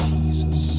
Jesus